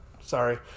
Sorry